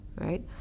right